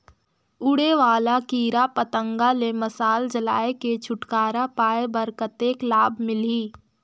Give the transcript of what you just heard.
उड़े वाला कीरा पतंगा ले मशाल जलाय के छुटकारा पाय बर कतेक लाभ मिलही?